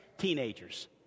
teenagers